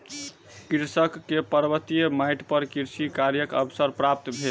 कृषक के पर्वतीय माइट पर कृषि कार्यक अवसर प्राप्त भेल